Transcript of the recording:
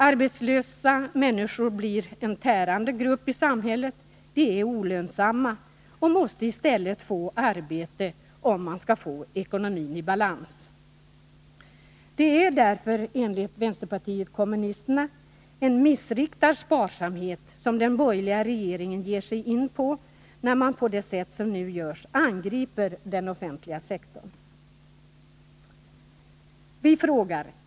Arbetslösa människor blir en tärande grupp i samhället — de är olönsamma och måste i stället få arbete, om man skall få ekonomin i balans. Det är därför enligt vänsterpartiet kommunisterna en ”missriktad sparsamhet” som den borgerliga regeringen ger sig in på när den på det sätt som nu görs angriper den offentliga sektorn.